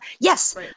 Yes